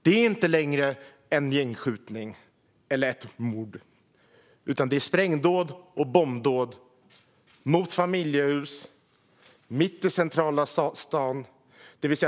Det är inte längre en gängskjutning eller ett gängmord, utan det är sprängdåd och bombdåd mot flerfamiljshus mitt i centrala stan.